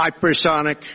hypersonic